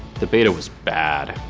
the beta was bad.